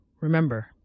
Remember